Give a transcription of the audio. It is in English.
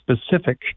specific